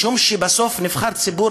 משום שבסוף נבחר ציבור,